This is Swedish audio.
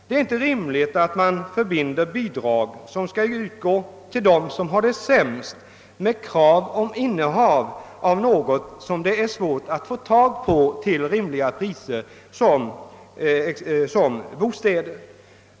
Det är inte rimligt att man förbinder bidrag som utgår till dem som har det sämst med krav på innehav av något som är svårt att få tag i till rimliga priser såsom bostäder.